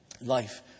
life